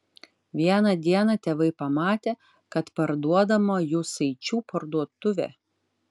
vieną dieną tėvai pamatė kad parduodama jucaičių parduotuvė